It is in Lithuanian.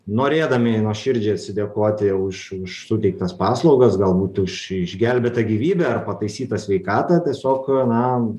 norėdami nuoširdžiai atsidėkoti už už suteiktas paslaugas galbūt už išgelbėtą gyvybę ar pataisytą sveikatą tiesiog na